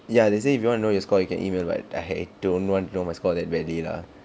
ya they say if you wanna know your score you can email but I don't want to know my score that badly lah